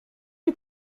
lui